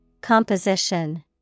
Composition